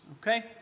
okay